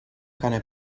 cane